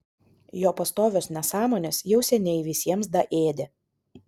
jo pastovios nesąmonės jau seniai visiems daėdė